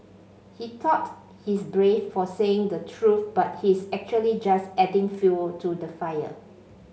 he thought he's brave for saying the truth but he's actually just adding fuel to the fire